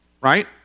right